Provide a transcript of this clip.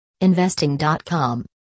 investing.com